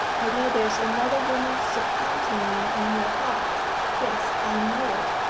i know there is another woman supplanting me in your heart yes, i know it.